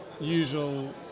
usual